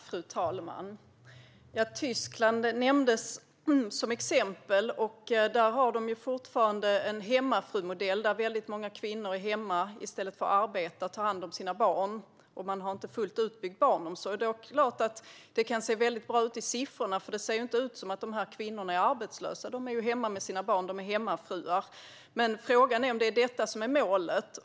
Fru talman! Tyskland nämndes som exempel. Där har de fortfarande en hemmafrumodell. Väldigt många kvinnor är hemma och tar hand om sina barn i stället för att arbeta, och man har inte fullt utbyggd barnomsorg. Det är klart att siffrorna då kan se väldigt bra ut, för det ser inte ut som att de här kvinnorna är arbetslösa. De är ju hemma med sina barn, de är hemmafruar. Frågan är om det är detta som är målet.